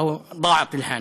יצא קירח מכאן ומכאן.)